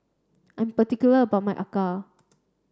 I'm particular about my Acar